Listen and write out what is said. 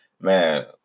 man